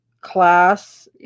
Class